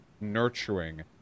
nurturing